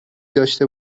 داشته